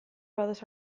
bados